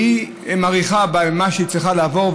והיא מאריכה במה שהיא צריכה לעבור,